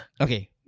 okay